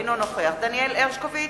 אינו נוכח דניאל הרשקוביץ,